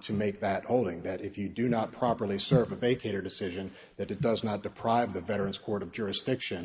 to make that holding that if you do not properly serve of a cator decision that it does not deprive the veterans court of jurisdiction